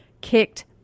kicked